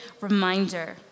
reminder